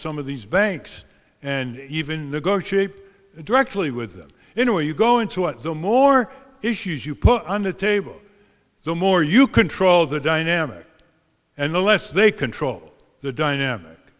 some of these banks and even the go cheap directly with them in a way you go into it the more issues you put under the table the more you control the dynamic and the less they controlled the dynamic